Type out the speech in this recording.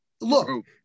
look